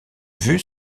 vue